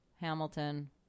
Hamilton